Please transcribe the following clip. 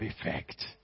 effect